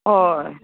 हय